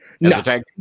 No